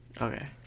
Okay